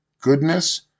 goodness